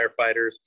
firefighters